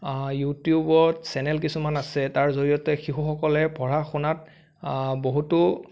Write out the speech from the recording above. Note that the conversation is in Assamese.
ইউটিউবত চেনেল কিছুমান আছে তাৰ জড়িয়তে শিশুসকলে পঢ়া শুনাত বহুতো